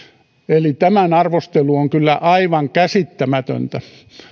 eli tämän arvostelu on kyllä aivan käsittämätöntä